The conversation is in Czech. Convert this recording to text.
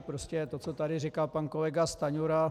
Prostě to, co tady říkal pan kolega Stanjura.